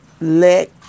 let